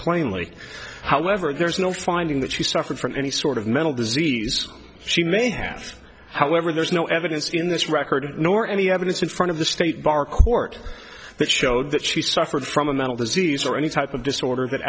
plainly however there is no finding that she suffered from any sort of mental disease she may have however there is no evidence in this record nor any evidence in front of the state bar court that showed that she suffered from a mental disease or any type of disorder